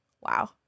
wow